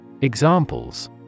Examples